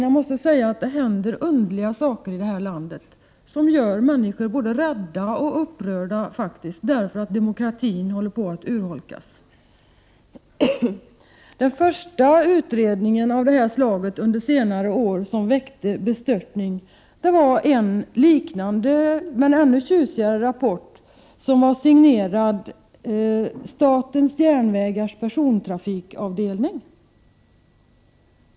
Jag måste säga att det händer underliga saker i det här landet, som gör människor både rädda och faktiskt upprörda, därför att demokratin håller på att urholkas. Den första utredning under senare år som väckte bestörtning var en liknande men ännu tjusigare rapport, som var signerad å statens järnvägars persontrafikavdelning.